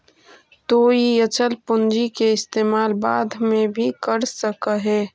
तु इ अचल पूंजी के इस्तेमाल बाद में भी कर सकऽ हे